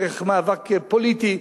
דרך מאבק פוליטי,